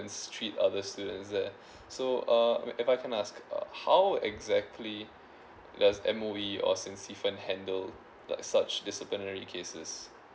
treat other students there so uh if I can ask uh how exactly does M_O_E or saint stephen's handle like such disciplinary cases